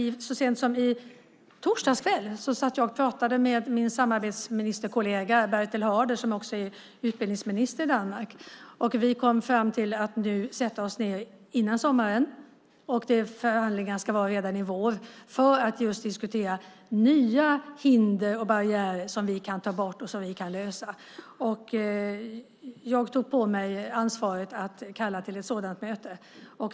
Så sent som i torsdags kväll satt jag och pratade med min samarbetsministerkollega Bertil Haarder, som också är utbildningsminister i Danmark. Vi kom fram till att vi ska sätta oss ned före sommaren - förhandlingarna ska ske redan i vår - för att just diskutera nya hinder och barriärer som vi kan ta bort. Jag tog på mig ansvaret att kalla till ett sådant möte.